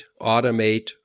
automate